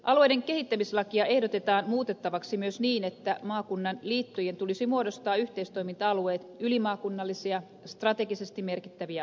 alueiden kehittämislakia ehdotetaan muutettavaksi myös niin että maakunnan liittojen tulisi muodostaa yhteistoiminta alueet ylimaakunnallisia strategisesti merkittäviä asioita varten